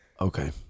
Okay